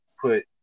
put